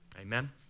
Amen